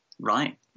right